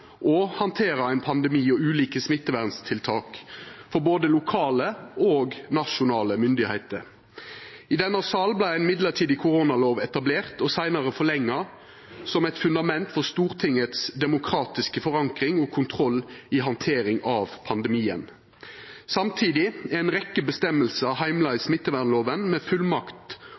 handtera ein pandemi og ulike smitteverntiltak for både lokale og nasjonale myndigheiter. I denne salen vart ein midlertidig koronalov etablert og seinare forlengd som eit fundament for Stortingets demokratiske forankring og kontroll i handtering av pandemien. Samtidig er ei rekkje føresegner heimla i smittevernloven, med